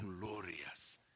glorious